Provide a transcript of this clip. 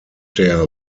der